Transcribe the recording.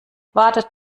wartet